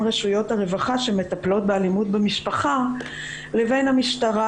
רשויות הרווחה שמטפלות באלימות במשפחה לבין המשטרה